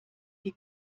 die